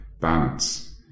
balance